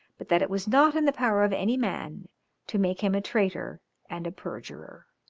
but that it was not in the power of any man to make him a traitor and a perjurer.